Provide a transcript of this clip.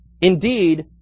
Indeed